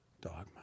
dogma